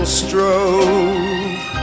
strove